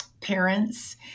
parents